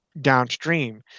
downstream